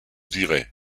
diray